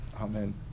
Amen